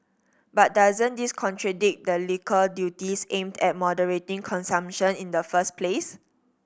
but doesn't this contradict the liquor duties aimed at moderating consumption in the first place